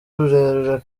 rurerure